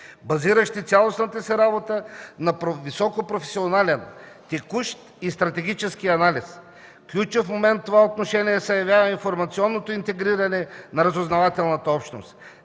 базиращи цялостната си работа на високопрофесионален, текущ и стратегически анализ. Ключов момент в това отношение се явява информационното интегриране на разузнавателната общност.